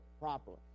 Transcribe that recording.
properly